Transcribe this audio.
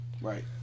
Right